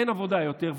אין עבודה יותר,